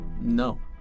No